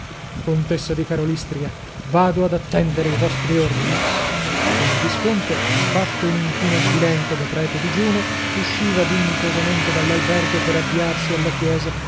contessa di karolystria vado ad attendere i vostri ordini e il visconte fatto un inchino sbilenco da prete digiuno usciva dignitosamente dall'albergo per avviarsi alla chiesa